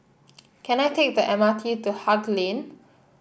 can I take the M R T to Haig Lane